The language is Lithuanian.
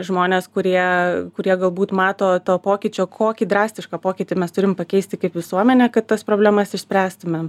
žmonės kurie kurie galbūt mato to pokyčio kokį drastišką pokytį mes turim pakeisti kaip visuomenė kad tas problemas išspręstumėm